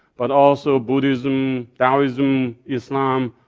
but also buddhism, taoism, islam,